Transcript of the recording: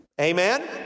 Amen